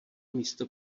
místo